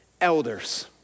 elders